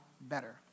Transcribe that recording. better